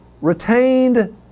retained